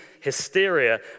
hysteria